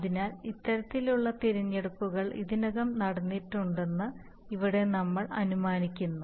അതിനാൽ ഇത്തരത്തിലുള്ള തിരഞ്ഞെടുപ്പുകൾ ഇതിനകം നടന്നിട്ടുണ്ടെന്ന് ഇവിടെ നമ്മൾ അനുമാനിക്കുന്നു